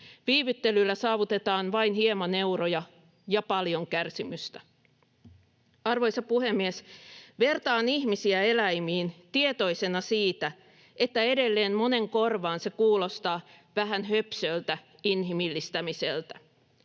Viivyttelyllä saavutetaan vain hieman euroja ja paljon kärsimystä. Arvoisa puhemies! Vertaan ihmisiä eläimiin tietoisena siitä, että edelleen monen korvaan se kuulostaa vähän höpsöltä inhimillistämiseltä.